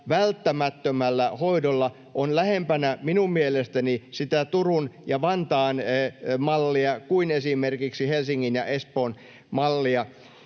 välttämättömällä hoidolla, on minun mielestäni lähempänä sitä Turun ja Vantaan mallia kuin esimerkiksi Helsingin ja Espoon mallia.